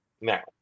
now